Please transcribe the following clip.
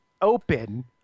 open